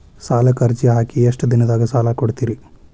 ಸಾಲಕ ಅರ್ಜಿ ಹಾಕಿ ಎಷ್ಟು ದಿನದಾಗ ಸಾಲ ಕೊಡ್ತೇರಿ?